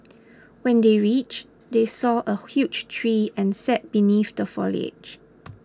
when they reached they saw a huge tree and sat beneath the foliage